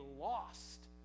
lost